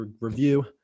review